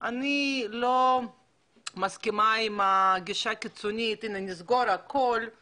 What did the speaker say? חברת חשמל, נמלים, קבלנים